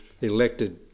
elected